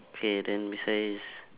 K then besides